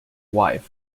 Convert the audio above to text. wife